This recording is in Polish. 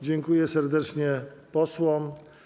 Dziękuję serdecznie posłom.